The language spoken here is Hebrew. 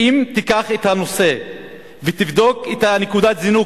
אם תיקח את הנושא ותבדוק את נקודת הזינוק